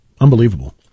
unbelievable